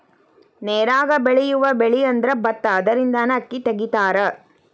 ನೇರಾಗ ಬೆಳಿಯುವ ಬೆಳಿಅಂದ್ರ ಬತ್ತಾ ಅದರಿಂದನ ಅಕ್ಕಿ ತಗಿತಾರ